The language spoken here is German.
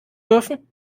dürfen